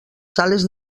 sales